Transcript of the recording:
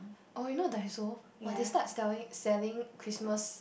oh you know Daiso !wah! they start selling selling Christmas